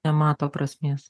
nemato prasmės